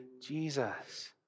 Jesus